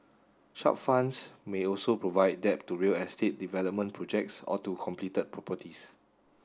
such funds may also provide debt to real estate development projects or to completed properties